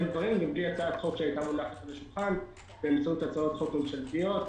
דברים בלי הצעת חוק שהיתה מונחת על השולחן באמצעות הצעות חוק ממשלתיות.